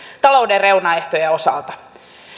talouden reunaehtojen osalta